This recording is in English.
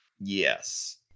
Yes